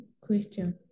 question